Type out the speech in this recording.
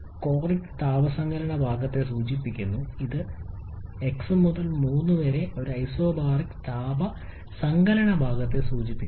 ഇവിടെ ഈ 2 x ഒരു ഐസോകോറിക് താപ സങ്കലന ഭാഗത്തെയാണ് സൂചിപ്പിക്കുന്നത് എന്നാൽ ഈ x 3 ഒരു ഐസോബാറിക് താപ സങ്കലന ഭാഗത്തെ സൂചിപ്പിക്കുന്നു